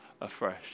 afresh